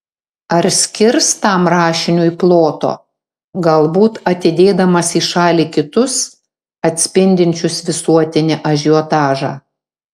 ar skirs tam rašiniui ploto galbūt atidėdamas į šalį kitus atspindinčius visuotinį ažiotažą